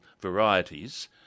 varieties